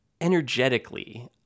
energetically